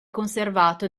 conservato